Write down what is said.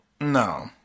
no